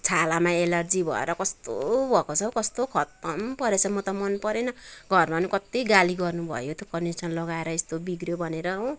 त्यो छालामा एलर्जी भएर कस्तो भएको छ हौ कस्तो खत्तम परेछ म त मन परेन घरमाम कत्ति गाली गर्नु भयो त्यो कन्डिसनर लगाएर यस्तो ब्रिग्रियो भनेर हो